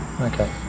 Okay